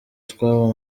utwabo